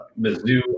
Mizzou